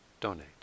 donate